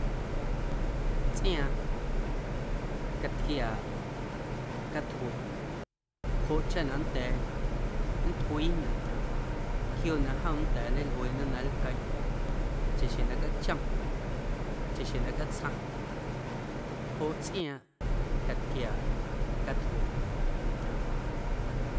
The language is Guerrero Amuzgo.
Tsꞌiaaⁿꞌ catquiaaꞌ catcweꞌ joꞌ cha na nnda̱a̱ nntꞌuiinaꞌ quia na jom nnda̱a̱ nleilꞌueeꞌñe na jom nlqueeⁿ chaxjeⁿ na cachom, chaxjeⁿ na catsjaⁿ joꞌ tsꞌiaaⁿꞌ catquiaaꞌ catcweꞌ.